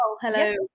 hello